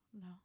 No